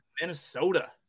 Minnesota